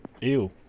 Ew